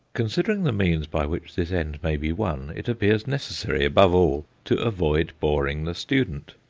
considering the means by which this end may be won, it appears necessary above all to avoid boring the student.